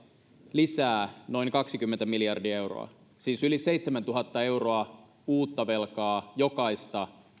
lisää noin kaksikymmentä miljardia euroa siis yli seitsemäntuhatta euroa uutta velkaa jokaista